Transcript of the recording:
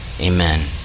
Amen